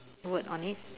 word on it